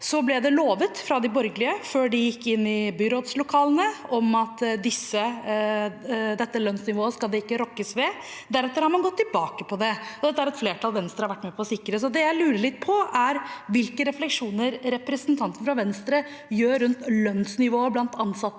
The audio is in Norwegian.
Det ble lovet fra de borgerlige før de gikk inn i byrådslokalene at dette lønnsnivået skulle det ikke rokkes ved. Deretter har man gått tilbake på det, og dette er et flertall Venstre har vært med på å sikre. Det jeg lurer litt på, er: Hvilke refleksjoner gjør representanten fra Venstre seg rundt lønnsnivået blant ansatte,